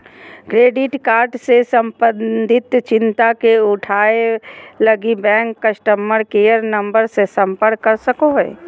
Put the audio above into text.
credit card से संबंधित चिंता के उठावैय लगी, बैंक कस्टमर केयर नम्बर से संपर्क कर सको हइ